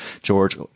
George